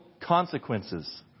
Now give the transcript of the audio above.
consequences